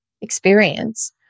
experience